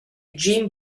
jim